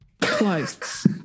Close